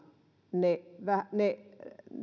ne